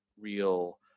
real